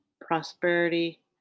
prosperity